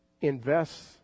invests